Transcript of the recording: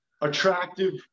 attractive